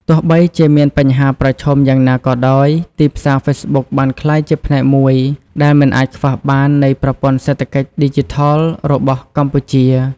ទោះបីជាមានបញ្ហាប្រឈមយ៉ាងណាក៏ដោយ ទីផ្សារហ្វេសប៊ុកបានក្លាយជាផ្នែកមួយដែលមិនអាចខ្វះបាននៃប្រព័ន្ធសេដ្ឋកិច្ចឌីជីថលរបស់កម្ពុជា។